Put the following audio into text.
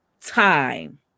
time